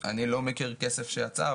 אני לא מכיר כסף שיצא,